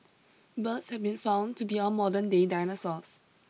birds have been found to be our modernday dinosaurs